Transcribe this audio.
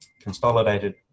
consolidated